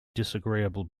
disagreeable